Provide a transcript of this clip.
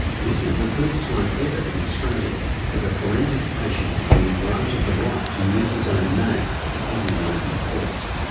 this is the first time ever in australia that a forensic patient has been granted the right to use his own name at his own request.